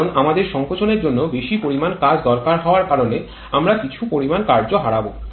কারণ আমাদের সংকোচনের জন্য বেশি পরিমাণ কাজ দরকার হওয়ার কারণে আমরা কিছু পরিমাণ কার্য হারাব